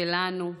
שלנו.